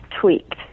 tweaked